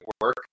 work